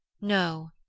no